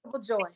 joy